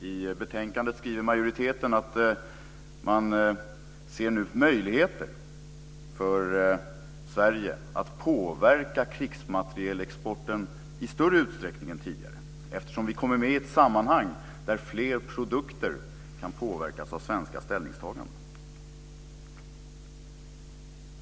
I betänkandet skriver majoriteten att man nu ser möjligheter för Sverige att påverka krigsmaterielexporten i större utsträckning än tidigare eftersom vi kommer med i ett sammanhang där fler produkter kan påverkas av svenska ställningstaganden.